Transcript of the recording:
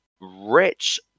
rich